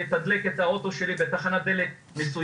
נסעתי לתדלק את האוטו שלי בתחנת דלק מסוימת.